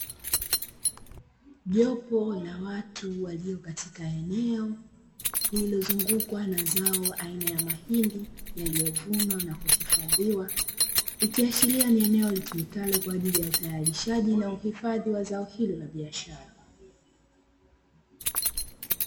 Jopo la watu walio katika eneo, lililozungukwa na zao aina ya mahindi yaliyovunwa na kuhifadhiwa. Ikiashiria ni eneo litumikalo kwaajili ya utayarishajii na uhifadhi wa zao hilo la biashara.